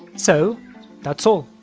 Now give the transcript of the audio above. so that's all.